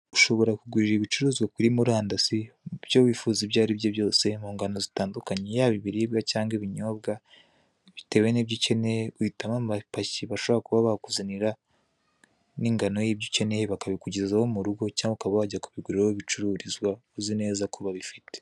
Ushobora kugurira ibicuruzwa kuri murandasi, ibyo wifuza ibyo ari byo byose, mu ngano zitandukanye, yaba ibiribwa cyangwa ibinyobwa, bitewe n'ibyo ukeneye uhitamo amapaki bashobora kuba bakuzanira, n'ingano yibyo ukeneye, bakabikugezaho mu rugo, cyangwa ukaba wajya kubigura aho bicururizwa, uzi neza ko babifite.